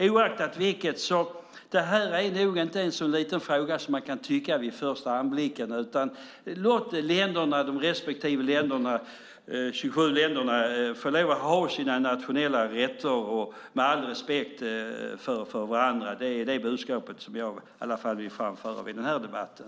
Oaktat vilket är det här nog inte en så liten fråga som man kan tycka vid första anblicken. Låt alla 27 länder få lov att ha sina nationella rätter med all respekt för varandra. Det är det budskap som jag vill framföra i den här debatten.